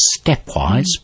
stepwise